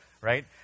right